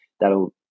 that'll